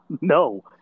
No